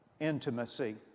intimacy